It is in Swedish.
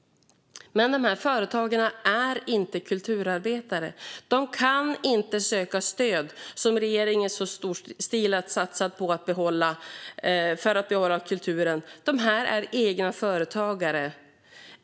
Men de här företagarna är inte kulturarbetare. De kan inte söka de stöd som regeringen så storstilat har satsat för att behålla kulturen. De är egna företagare.